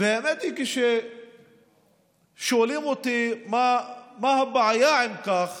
האמת היא שכששואלים אותי מה הבעיה עם כך